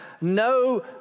no